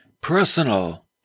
personal